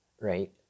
Right